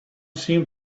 seemed